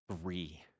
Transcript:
Three